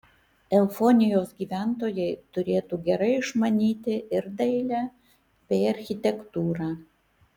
eufonijos gyventojai turėtų gerai išmanyti ir dailę bei architektūrą